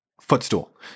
Footstool